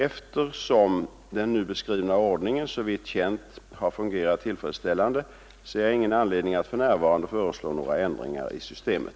Eftersom den nu beskrivna ordningen såvitt känt har fungerat tillfredsställande ser jag ingen anledning att för närvarande föreslå några ändringar i systemet.